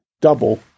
double